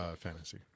fantasy